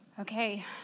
Okay